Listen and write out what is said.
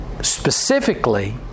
specifically